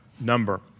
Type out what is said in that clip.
number